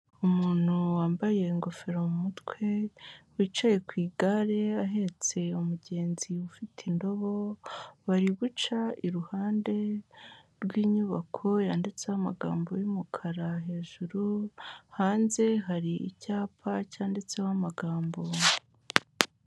Umuntu wambaye ingofero mu mutwe wicaye ku igare ahetse umugenzi ufite indobo, bari guca iruhande rw'inyubako yanditseho amagambo y'umukara, hejuru hanze hari icyapa cyanditseho amagambo.